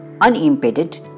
unimpeded